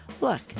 Look